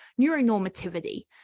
neuronormativity